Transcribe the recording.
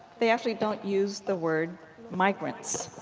they actually don't use the word migrants.